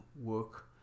work